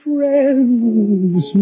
Friends